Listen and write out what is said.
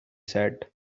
said